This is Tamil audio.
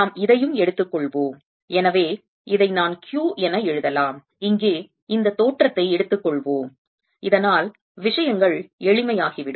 நாம் இதையும் எடுத்துக்கொள்வோம் எனவே இதை நான் Q என எழுதலாம் இங்கே இந்த தோற்றத்தை எடுத்துக்கொள்வோம் இதனால் விஷயங்கள் எளிமையாகிவிடும்